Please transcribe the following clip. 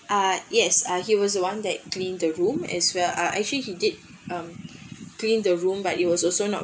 uh yes uh he was the one that clean the room as well uh actually he did mm clean the room but it was also not